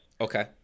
Okay